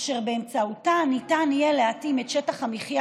אשר באמצעותה ניתן יהיה להתאים את שטח המחיה